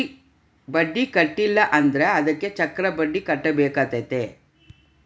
ಬಡ್ಡಿ ಕಟ್ಟಿಲ ಅಂದ್ರೆ ಅದಕ್ಕೆ ಚಕ್ರಬಡ್ಡಿ ಕಟ್ಟಬೇಕಾತತೆ